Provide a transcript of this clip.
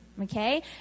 Okay